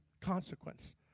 consequence